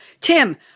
Tim